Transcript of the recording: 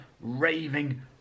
raving